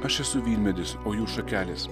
aš esu vynmedis o jūs šakelės